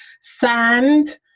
sand